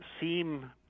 seem